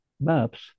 maps